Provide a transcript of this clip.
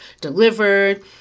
delivered